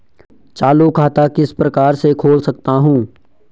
चालू खाता किस प्रकार से खोल सकता हूँ?